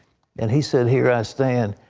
and he said, here i stand.